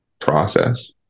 process